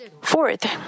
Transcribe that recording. Fourth